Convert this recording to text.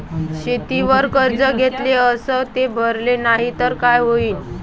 शेतीवर कर्ज घेतले अस ते भरले नाही तर काय होईन?